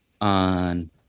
on